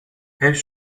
حیف